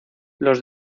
los